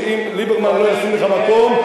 שאם ליברמן לא ישים לך מקום,